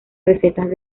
recetas